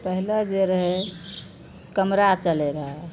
पहिले जे रहय केमरा चलय रहय